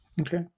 Okay